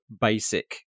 basic